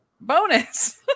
bonus